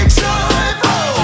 joyful